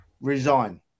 Resign